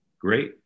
Great